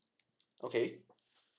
okay